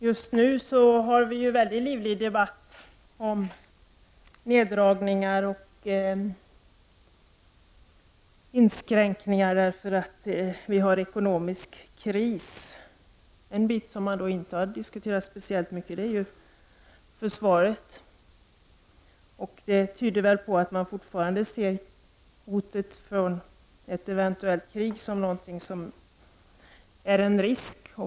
Just nu förs ju en mycket livlig debatt om neddragningar och inskränkningar med hänvisning till att vi har en ekonomisk kris. Ett område som dock inte har diskuterats speciellt mycket i det avseendet är försvaret. Det tyder kanske på att man fortfarande betraktar ett eventuellt krigshot som en risk.